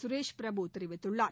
சுரேஷ் பிரபு தெரிவித்துள்ளார்